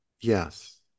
yes